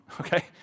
okay